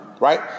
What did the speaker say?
right